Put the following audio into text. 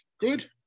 Good